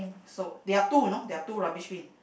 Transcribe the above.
so there are two you know there are two rubbish bin